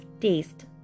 taste